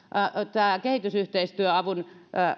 kehitysyhteistyöavun